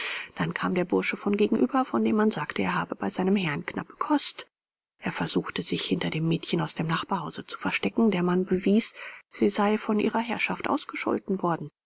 dann kam der bursche von gegenüber von dem man sagte er habe bei seinem herrn knappe kost er versuchte sich hinter dem mädchen aus dem nachbarhause zu verstecken der man bewies sie sei von ihrer herrschaft ausgescholten worden